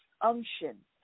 unction